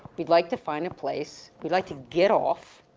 we'd like to find a place. we'd like to get off,